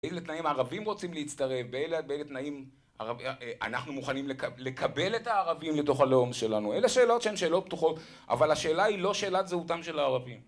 באילו תנאים הערבים רוצים להצטרף, באילו תנאים הרב י... אה... אנחנו מוכנים לק... לקבל את הערבים לתוך הלאום שלנו. אלה שאלות שהן שאלות פתוחות, אבל השאלה היא לא שאלת זהותם של הערבים